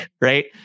right